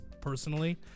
personally